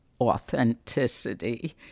authenticity